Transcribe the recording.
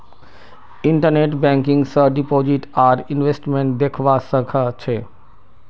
internet banking स deposit आर investment दख्वा स ख छ